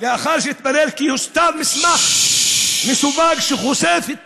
לאחר שהתברר כי הוסתר מסמך מסווג שחושף, ששש.